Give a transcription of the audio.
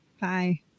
Bye